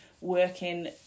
working